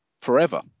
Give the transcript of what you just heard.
forever